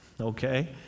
okay